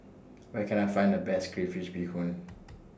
Where Can I Find The Best Crayfish Beehoon